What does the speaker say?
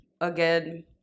again